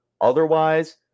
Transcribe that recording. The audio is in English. Otherwise